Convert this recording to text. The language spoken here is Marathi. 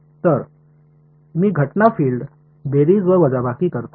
तर मी घटना फील्ड बेरीज व वजाबाकी करतो